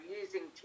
using